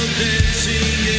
dancing